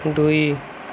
ଦୁଇ